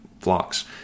flocks